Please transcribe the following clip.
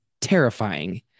terrifying